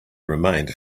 remained